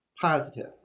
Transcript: positive